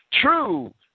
True